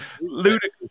ludicrous